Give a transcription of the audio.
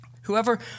Whoever